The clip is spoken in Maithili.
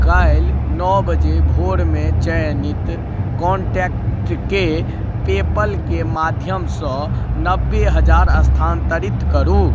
काल्हि नओ बजे भोरमे चयनित कॉन्टैक्टके पेपैलके माध्यमसँ नबे हजार स्थानांतरित करू